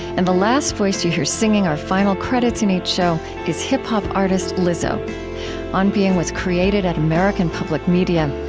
and the last voice that you hear singing our final credits in each show is hip-hop artist lizzo on being was created at american public media.